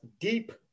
deep